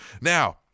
Now